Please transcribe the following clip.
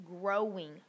growing